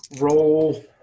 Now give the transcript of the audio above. roll